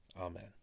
Amen